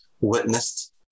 witnessed